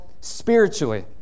spiritually